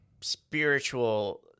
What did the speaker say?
spiritual